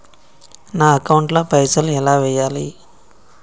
నా అకౌంట్ ల పైసల్ ఎలా వేయాలి?